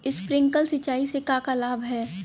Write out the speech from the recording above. Sprinkler सिंचाई से का का लाभ ह?